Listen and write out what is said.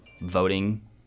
voting